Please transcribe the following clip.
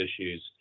issues